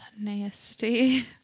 nasty